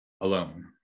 alone